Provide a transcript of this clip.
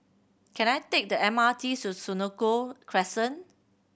can I take the M R T to Senoko Crescent